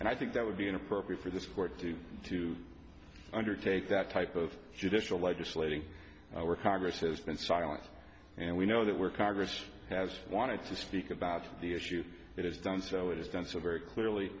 and i think that would be inappropriate for this court to to undertake that type of judicial legislating our congress has been silent and we know that we're congress has wanted to speak about the issue that is done so it is done so very clearly